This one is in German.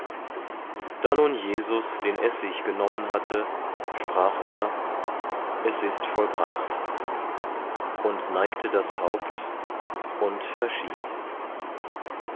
da nun jesus den essig genommen hatte sprach er es ist vollbracht und neigte das haupt und verschied